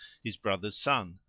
his brother's son,